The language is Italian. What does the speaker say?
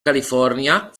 california